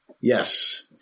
Yes